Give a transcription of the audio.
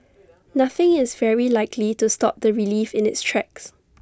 nothing is very likely to stop the relief in its tracks